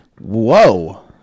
Whoa